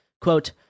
Quote